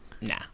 Nah